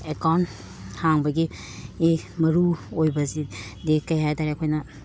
account ꯍꯥꯡꯕꯒꯤ ꯃꯔꯨ ꯑꯣꯏꯕꯁꯤꯗꯤ ꯀꯩ ꯍꯥꯏꯇꯔꯦ ꯑꯩꯈꯣꯏꯅ